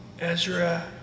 Ezra